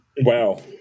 Wow